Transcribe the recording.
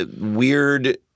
weird